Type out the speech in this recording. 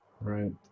Right